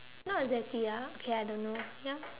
not exactly ah okay I don't know ya